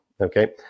okay